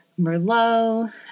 Merlot